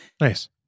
Nice